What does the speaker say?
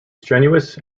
strenuous